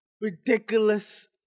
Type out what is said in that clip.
ridiculous